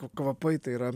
kvapai tai yra